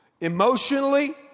emotionally